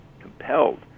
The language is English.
compelled